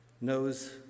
knows